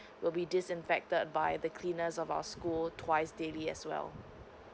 will be disinfected by the cleaners of our school twice daily as well